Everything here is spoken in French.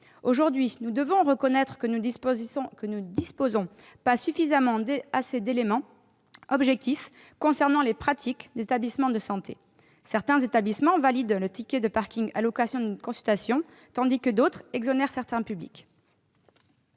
Aujourd'hui, nous devons reconnaître que nous ne disposons pas suffisamment d'éléments objectifs concernant les pratiques des établissements de santé. Certains d'entre eux valident le ticket de parking à l'occasion d'une consultation, tandis que d'autres exonèrent certains publics.